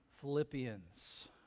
Philippians